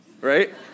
Right